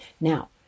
Now